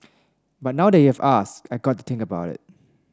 but now that you have asked I got to think about it